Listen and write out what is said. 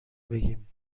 بگیم